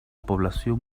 población